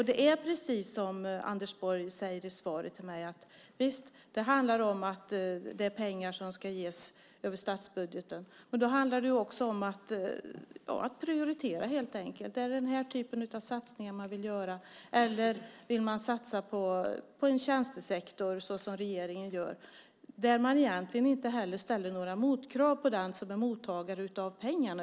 Det är precis så som Anders Borg säger i svaret till mig, att det handlar om pengar som ska ges över statsbudgeten. Men då handlar det helt enkelt om att prioritera. Är det den här typen av satsningar man vill göra, eller vill man satsa på en tjänstesektor, såsom regeringen gör? Där ställer man inte några motkrav på den som är mottagare av pengarna.